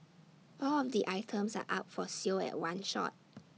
all of the items are up for sale at one shot